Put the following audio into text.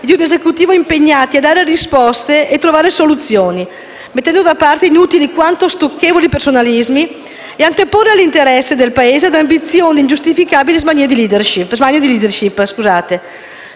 di un Esecutivo impegnati a dare risposte e trovare soluzioni, mettendo da parte inutili quanto stucchevoli personalismi e anteporre l'interesse del Paese ad ambizioni e ingiustificabili smanie di *leadership*.